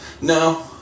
No